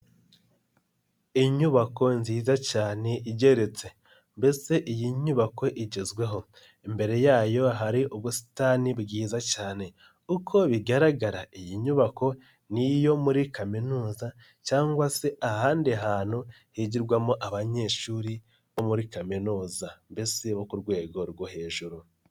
Inyubako nziza cyane igeretse mbese iyi nyubako igezweho, imbere yayo hari ubusitani bwiza cyane. Uko bigaragara iyi nyubako ni iyo muri kaminuza cyangwa se ahandi hantu higirwamo abanyeshuri bo muri kaminuza mbese bo ku rwego rwo hejuru.